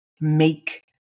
make